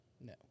No